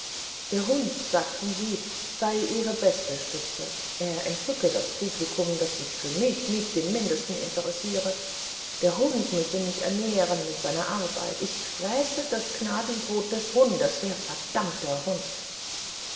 der hund sagten sie sei ihre beste stütze er entzücke das publikum das sich für mich nicht im mindesten interessiere der hund müsse mich ernähren mit seiner arbeit ich fräße das gnadenbrot des hundes der verdammte hund